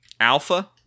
Alpha